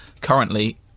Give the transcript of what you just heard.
Currently